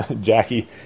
Jackie